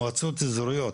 מועצות אזוריות,